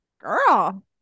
girl